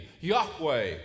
yahweh